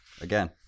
Again